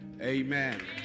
Amen